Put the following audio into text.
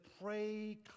pray